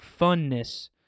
funness